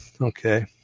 Okay